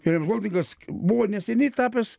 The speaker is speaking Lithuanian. ir holdingas buvo neseniai tapęs